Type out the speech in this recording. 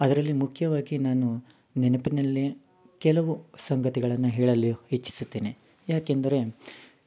ಅದರಲ್ಲಿ ಮುಖ್ಯವಾಗಿ ನಾನು ನೆನಪಿನಲ್ಲಿ ಕೆಲವು ಸಂಗತಿಗಳನ್ನ ಹೇಳಲು ಇಚ್ಛಿಸುತ್ತೇನೆ ಯಾಕೆಂದರೆ